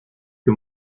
que